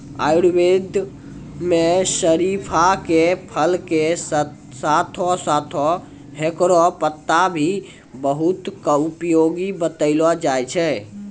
आयुर्वेद मं शरीफा के फल के साथं साथं हेकरो पत्ता भी बहुत उपयोगी बतैलो जाय छै